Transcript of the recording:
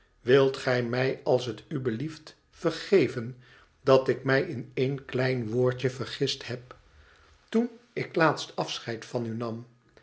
wilt gij mij als t u blieft vergeven dat ik mij in één klein wooidje vergist heb toen ik laatst acheid van u nam